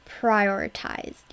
prioritize